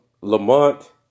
Lamont